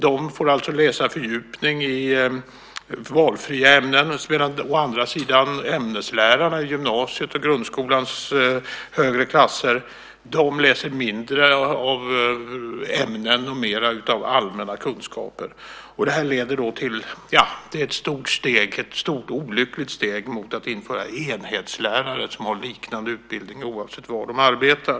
De får alltså fördjupa sig i valfria ämnen, medan ämneslärarna som undervisar i gymnasiet och i grundskolans högre klasser läser färre ämnen och får mer allmänna kunskaper. Detta är ett stort och olyckligt steg mot att införa enhetslärare som har liknande utbildning oavsett var de arbetar.